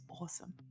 awesome